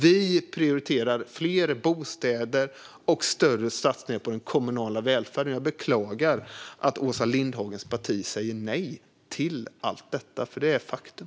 Vi prioriterar fler bostäder och större satsningar på den kommunala välfärden. Jag beklagar att Åsa Lindhagens parti säger nej till allt detta. Det är faktum.